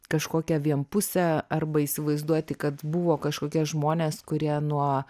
kažkokią vienpusę arba įsivaizduoti kad buvo kažkokie žmonės kurie nuo